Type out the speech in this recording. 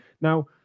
Now